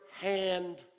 hand